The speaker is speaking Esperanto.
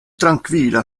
trankvila